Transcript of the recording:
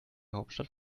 hauptstadt